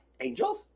Angels